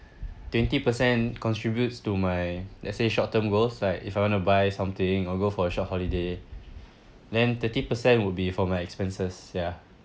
twenty percent contributes to my let's say short term goals like if I want to buy something or go for a short holiday then thirty percent will be for my expenses ya